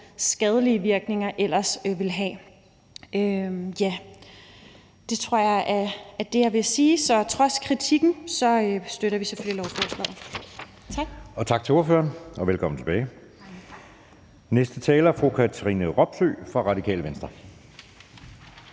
skadelige virkninger ellers ville have. Det tror jeg er det, jeg vil sige. Trods kritikken støtter vi selvfølgelig lovforslaget. Tak. Kl. 15:15 Anden næstformand (Jeppe Søe): Tak til ordføreren, og velkommen tilbage. Næste taler er fru Katrine Robsøe fra Radikale Venstre.